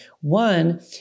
One